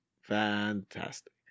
Fantastic